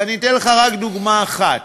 ואני אתן לך רק דוגמה אחת.